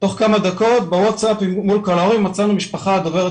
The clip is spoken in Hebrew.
תוך כמה דקות בוואטסאפ מצאנו משפחה דוברת